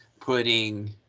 putting